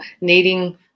needing